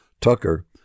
Tucker